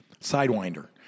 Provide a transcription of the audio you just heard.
Sidewinder